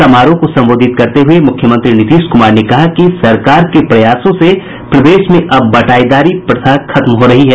समारोह को संबोधित करते हुए मुख्यमंत्री नीतीश कुमार ने कहा कि सरकार के प्रयासों से प्रदेश में अब बटाईदारी प्रथा खत्म हो रही है